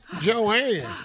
Joanne